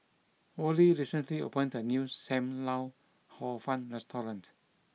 Worley recently opened a new Sam Lau Hor Fun restaurant